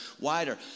wider